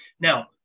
Now